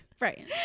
right